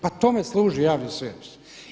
Pa tome služi javni servis.